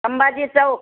Sambhaji Chowk